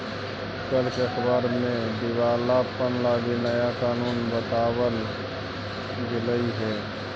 कल के अखबार में दिवालापन लागी नया कानून बताबल गेलई हे